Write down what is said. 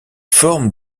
forment